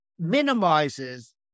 Minimizes